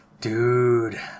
Dude